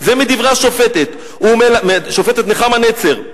זה מדברי השופטת נחמה נצר,